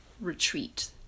retreat